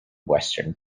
western